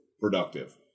productive